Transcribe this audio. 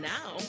Now